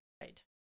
Right